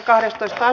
asia